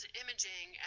imaging